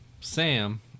Sam